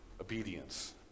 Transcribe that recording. obedience